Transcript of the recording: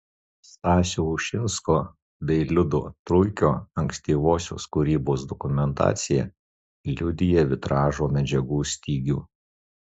stasio ušinsko bei liudo truikio ankstyvosios kūrybos dokumentacija liudija vitražo medžiagų stygių